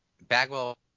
Bagwell